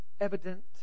evident